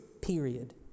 period